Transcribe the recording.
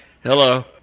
Hello